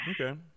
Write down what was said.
Okay